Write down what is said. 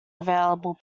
available